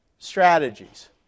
Strategies